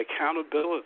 accountability